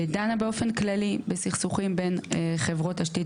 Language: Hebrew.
שדנה באופן כללי בסכסוכים בין חברות תשתית